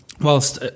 whilst